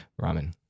Ramen